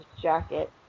jacket